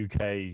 UK